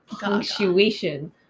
punctuation